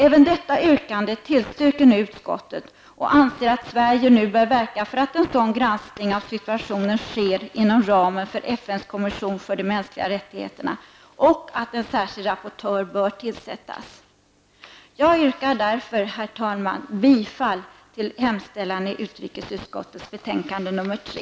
Även detta yrkande tillstyrker nu utskottet och anser att Sverige nu bör verka för att en sådan granskning av situationen sker inom ramen för FNs kommission för de mänskliga rättigheterna och att en särskild rapportör bör tillsättas. Herr talman! Jag yrkar därför bifall till hemställan i utrikesutskottets betänkande nr 3.